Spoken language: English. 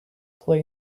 play